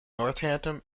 northampton